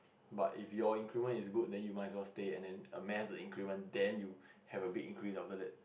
but if your increment is good then might as well stay and then a massive increment then you have a big increase after that